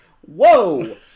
whoa